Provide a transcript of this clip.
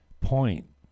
point